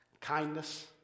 kindness